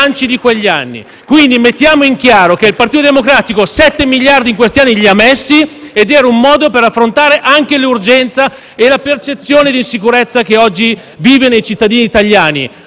Quindi, mettiamo in chiaro che il Partito Democratico sette miliardi in questi anni li ha messi ed era un modo per affrontare anche l'urgenza e la percezione di sicurezza che oggi vive nei cittadini italiani.